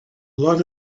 lot